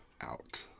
Out